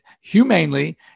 humanely